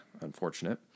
unfortunate